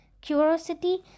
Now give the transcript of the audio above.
curiosity